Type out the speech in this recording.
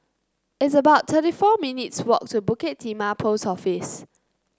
it's about thirty four minutes' walk to Bukit Timah Post Office